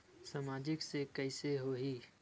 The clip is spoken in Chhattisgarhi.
सामाजिक से कइसे होही?